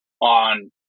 on